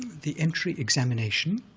the entry examination,